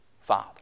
Father